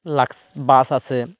lux বাস আছে